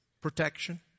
protection